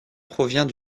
provient